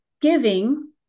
giving